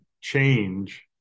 change